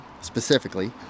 specifically